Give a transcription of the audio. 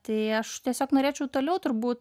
tai aš tiesiog norėčiau toliau turbūt